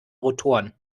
rotoren